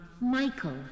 Michael